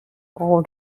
all